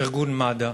ארגון מד"א.